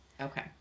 Okay